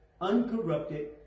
uncorrupted